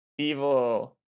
Evil